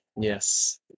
Yes